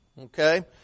okay